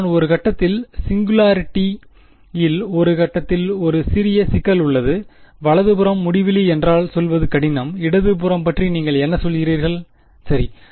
நான் ஒரு கட்டத்தில் சிங்குலாரிட்டி இல் ஒரு கட்டத்தில் ஒரு சிறிய சிக்கல் உள்ளது வலது புறம் முடிவிலி என்றால் சொல்வது கடினம் இடது புறம்பற்றி நீங்கள் என்ன சொல்கிறீர்கள் சரி